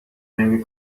نمی